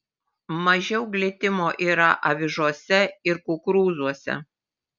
mažiau glitimo yra avižose ir kukurūzuose